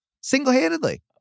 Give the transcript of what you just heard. Single-handedly